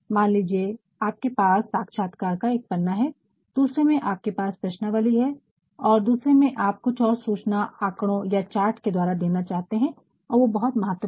मान लीजिये आपके पास साक्षात्कार का एक पन्ना है दूसरे में आपके पास प्रश्नावली है और दूसरे में आप कुछ और सूचना आकड़ो या चार्ट के द्वारा देना चाहते है और वो बहुत महत्वपूर्ण